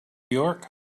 york